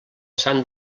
sant